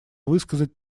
высказать